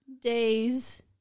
days